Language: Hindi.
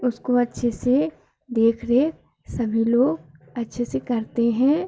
उसको अच्छे से देख रेख सभी लोग अच्छे से करते हैं